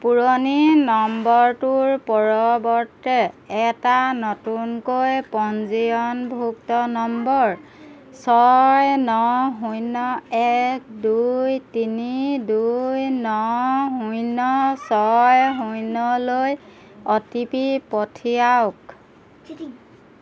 পুৰণি নম্বৰটোৰ পৰিৱৰ্তে এটা নতুনকৈ পঞ্জীয়নভুক্ত নম্বৰ ছয় ন শূন্য় এক দুই তিনি দুই ন শূন্য় ছয় শূন্য়লৈ অ' টি পি পঠিয়াওক